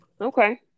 okay